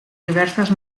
diversas